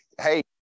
hey